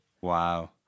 Wow